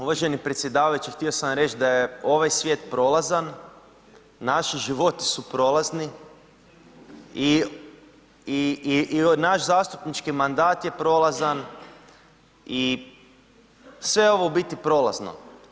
Uvaženi predsjedavajući, htio sam vam reći, da je ovaj svijet prolazan, naši životi su prolazni i naš zastupnički mandat je prolazan i se ovo je u biti prolazno.